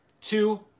Two